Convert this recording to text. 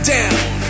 down